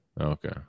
okay